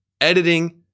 editing